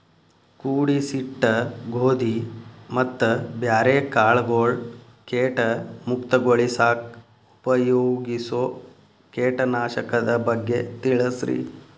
ಕೂಡಿಸಿಟ್ಟ ಗೋಧಿ ಮತ್ತ ಬ್ಯಾರೆ ಕಾಳಗೊಳ್ ಕೇಟ ಮುಕ್ತಗೋಳಿಸಾಕ್ ಉಪಯೋಗಿಸೋ ಕೇಟನಾಶಕದ ಬಗ್ಗೆ ತಿಳಸ್ರಿ